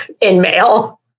in-mail